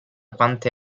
quante